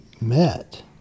met—